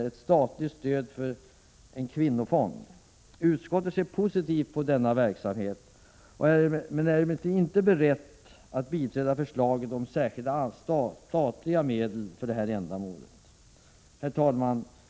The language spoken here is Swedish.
13 maj 1987 Utskottet som ser positivt på denna verksamhet är emellertid inte berett att biträda förslaget om särskilda statliga medel för detta ändamål. Herr talman!